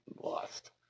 lost